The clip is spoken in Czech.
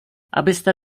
abyste